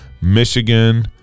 Michigan